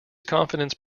confidence